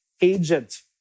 agent